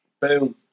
Boom